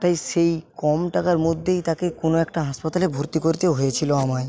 তাই সেই কম টাকার মধ্যেই তাকে কোনো একটা হাসপাতালে মধ্যে ভর্তি করতে হয়েছিল আমায়